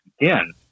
again